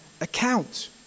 account